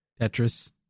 Tetris